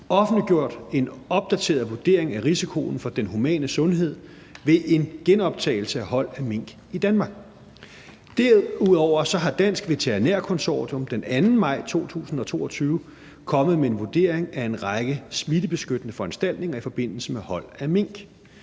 offentliggjort en opdateret vurdering af risikoen for den humane sundhed ved en genoptagelse af hold af mink i Danmark. Derudover er Dansk Veterinærkonsortium den 2. maj 2022 kommet med en vurdering af en række smittebeskyttende foranstaltninger i forbindelse med hold af mink.